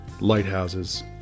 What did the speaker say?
lighthouses